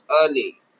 early